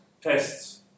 tests